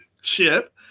ship